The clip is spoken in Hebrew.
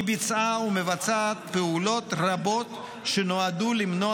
היא ביצעה ומבצעת פעולות רבות שנועדו למנוע